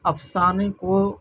افسانے کو